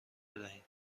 بدهیم